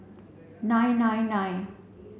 nine nine nine